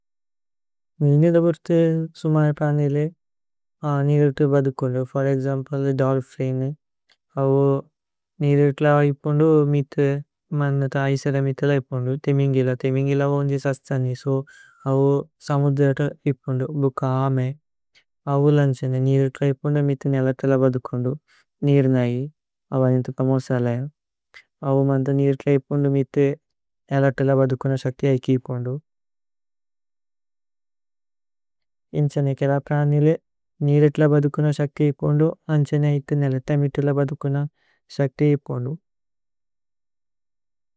മീനു ദപുര്ഥി സുമൈപ്രാനേലേ നീലതു ബധുകുന്ദു। ഫോര് ഏക്സമ്പ്ലേ ദോല്ഫിനേ അവോ നീലത്ല ഇപുന്ദു മിതു। മന്നത ഐസദ മിതല ഇപുന്ദു ഥിമിന്ഗില ഥിമിന്ഗി। ല അവോന്ജി സസ്ഥനി സോ അവോ സമുദ്രത ഇപുന്ദു ഭുഖ। അമേ അവു ലന്ഛനേ നീലത്ല ഇപുന്ദു മിതു നീലത്ല। ബധുകുന്ദു നീര് നൈ അവനിത ഫമോസ ലൈ അവു മന്നത। നീലത്ല ഇപുന്ദു മിതു നീലത്ല ബധു। കുന ശക്ഥി ഐകി ഇപുന്ദു ഇന്ഛനേ കേര പ്രാനേലേ। നീലത്ല ബധുകുന ശക്ഥി ഇപുന്ദു അന്ഛനേ ഇക്കു। നീലത്ല മിതുല ബധുകുന ശക്ഥി ഇപുന്ദു।